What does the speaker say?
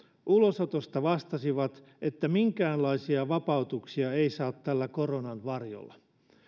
ulosotosta vastasivat että minkäänlaisia vapautuksia ei saa tällä koronan varjolla